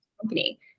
company